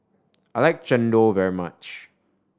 I like chendol very much